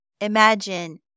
Imagine